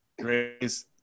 grace